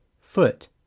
foot